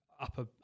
upper